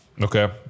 okay